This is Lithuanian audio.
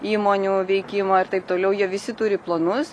įmonių veikimą ir taip toliau jie visi turi planus